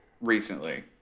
recently